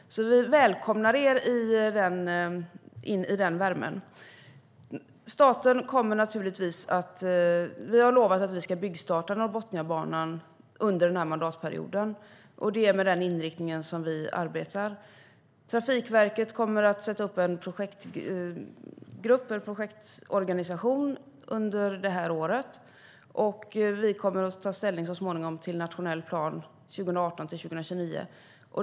Vi välkomnar er in i den värmen. Vi har lovat att vi ska byggstarta Norrbotniabanan under den här mandatperioden. Det är med den inriktningen vi arbetar. Trafikverket kommer att sätta upp en projektorganisation under det här året, och vi kommer så småningom att ta ställning till en nationell plan för 2018-2029.